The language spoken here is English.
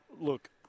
look